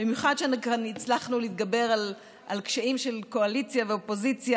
במיוחד שהצלחנו להתגבר כאן על קשיים של קואליציה ואופוזיציה